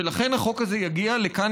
ולכן החוק הזה יגיע לכאן,